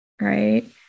right